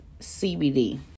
CBD